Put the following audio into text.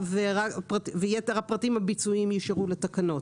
ויתר הפרטים הביצועיים יישארו לתקנות.